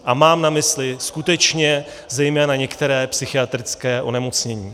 A mám na mysli skutečně zejména některá psychiatrická onemocnění.